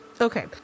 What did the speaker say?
okay